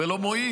וזה לא מועיל.